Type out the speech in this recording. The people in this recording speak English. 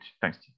Thanks